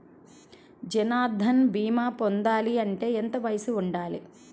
జన్ధన్ భీమా పొందాలి అంటే ఎంత వయసు ఉండాలి?